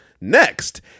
Next